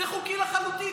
זה חוקי לחלוטין.